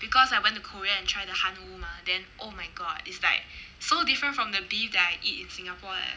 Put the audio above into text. because I went to korea and try the hanwoo mah then oh my god it's like so different from the beef that I eat in singapore leh